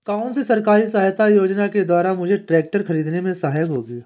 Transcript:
कौनसी सरकारी सहायता योजना के द्वारा मुझे ट्रैक्टर खरीदने में सहायक होगी?